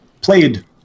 played